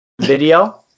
video